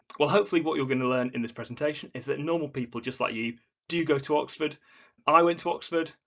well hopefully what you're going to learn in this presentation is that normal people just like you do go to oxford i went to oxford,